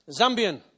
Zambian